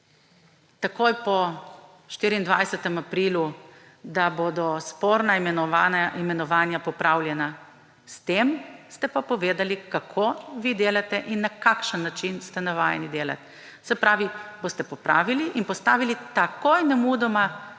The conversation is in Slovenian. takoj po 24. aprilu bodo sporna imenovanja popravljena, s tem pa ste povedali, kako vi delate in na kakšen način ste navajeni delati, se pravi, boste popravili in postavili takoj, nemudoma